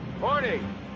morning